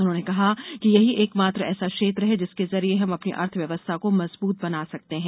उन्होंने कहा कि यही एक मात्र एक ऐसा क्षेत्र है जिसके जरिए हम अपनी अर्थ व्यवस्था को मजबूत बना सकते हैं